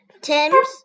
Tim's